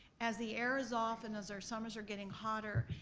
as the air is off and as our summers are getting hotter,